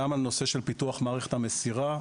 גם על נושא של פיתוח מערכת המסירה,